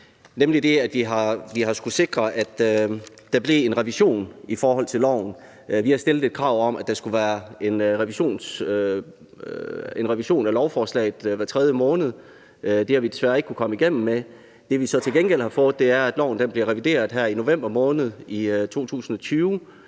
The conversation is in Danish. af lovforslaget. Vi har villet sikre, at der blev en revision af loven. Vi har stillet et krav om, at der skulle være en revision af loven hver tredje måned, men det har vi desværre ikke kunnet kommet igennem med. Det, vi så til gengæld har fået, er, at loven bliver revideret i november måned 2020,